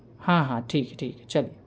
हाँ हाँ ठीक है ठीक है चलो